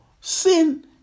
Sin